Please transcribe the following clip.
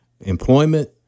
employment